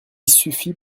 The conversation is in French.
suffit